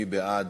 מי בעד